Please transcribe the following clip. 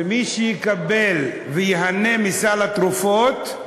ומי שיקבל וייהנה מסל התרופות,